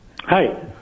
Hi